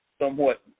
somewhat